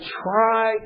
try